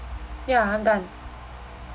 ya I'm done